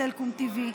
סלקום TV,